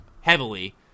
heavily